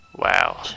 Wow